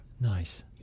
Nice